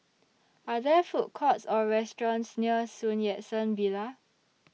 Are There Food Courts Or restaurants near Sun Yat Sen Villa